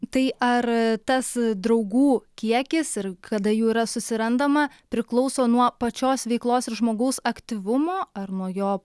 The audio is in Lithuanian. tai ar tas draugų kiekis ir kada jų yra susirandama priklauso nuo pačios veiklos ir žmogaus aktyvumo ar nuo jo